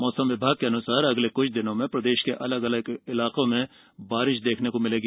मौसम विभाग के अनुसार अगले कुछ दिन प्रदेश के अलग अलग इलाकों में बारिश देखने को मिलेगी